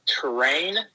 terrain